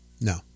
No